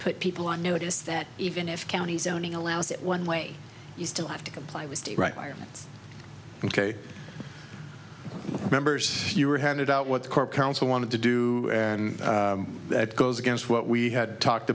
put people on notice that even if county zoning allows it one way you still have to comply with the right arguments ok members you were handed out what the court counsel wanted to do and that goes against what we had talked